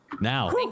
Now